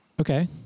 okay